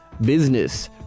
business